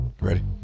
Ready